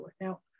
Now